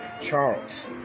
Charles